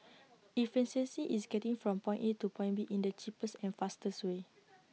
efficiency is getting from point A to point B in the cheapest and fastest way